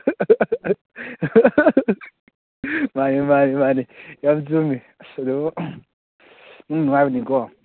ꯃꯥꯅꯤ ꯃꯥꯅꯤ ꯃꯥꯅꯤ ꯌꯥꯝ ꯆꯨꯝꯃꯤ ꯑꯁ ꯑꯗꯨꯕꯨ ꯅꯨꯡꯗꯤ ꯅꯨꯡꯉꯥꯏꯕꯅꯤꯀꯣ